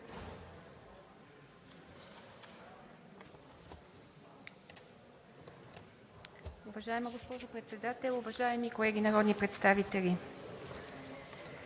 Уважаема госпожо Председател, уважаеми колеги народни представители!